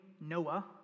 Noah